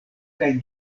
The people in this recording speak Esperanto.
kaj